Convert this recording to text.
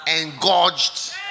engorged